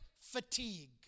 fatigue